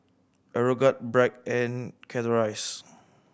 Aeroguard Bragg and Chateraise